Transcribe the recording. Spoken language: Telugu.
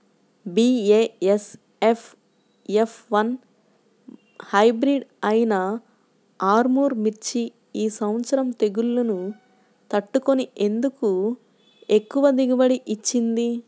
బీ.ఏ.ఎస్.ఎఫ్ ఎఫ్ వన్ హైబ్రిడ్ అయినా ఆర్ముర్ మిర్చి ఈ సంవత్సరం తెగుళ్లును తట్టుకొని ఎందుకు ఎక్కువ దిగుబడి ఇచ్చింది?